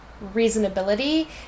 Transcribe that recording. reasonability